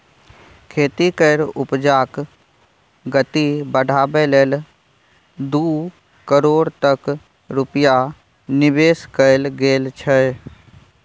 खेती केर उपजाक गति बढ़ाबै लेल दू करोड़ तक रूपैया निबेश कएल गेल छै